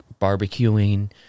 barbecuing